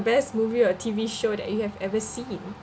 best movie or T_V show that you have ever seen